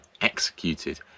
executed